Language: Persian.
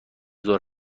ظهر